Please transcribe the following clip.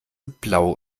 blau